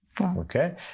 Okay